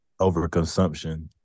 Overconsumption